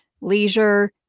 leisure